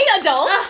adults